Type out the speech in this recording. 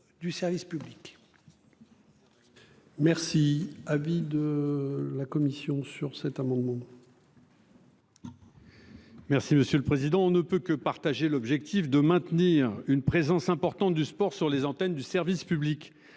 Merci. Avis de la commission sur cet amendement.